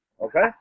Okay